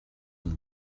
and